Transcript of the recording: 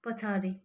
पछाडि